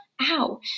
Ow